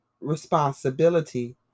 responsibility